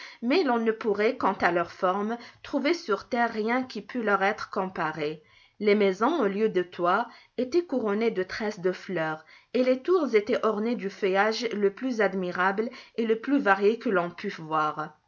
mais l'on ne pourrait quant à leur forme trouver sur terre rien qui pût leur être comparé les maisons au lieu de toits étaient couronnées de tresses de fleurs et les tours étaient ornées du feuillage le plus admirable et le plus varié que l'on pût voir